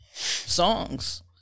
songs